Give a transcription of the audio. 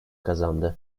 kazandı